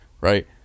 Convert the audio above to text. right